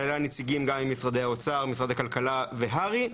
היא כללה נציגים ממשרד האוצר, משרד הכלכלה והר"י.